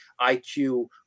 IQ